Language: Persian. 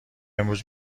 امروز